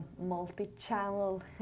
multi-channel